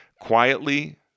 Quietly